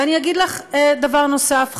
ואני אגיד לך דבר נוסף,